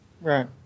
Right